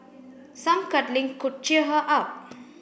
some cuddling could cheer her up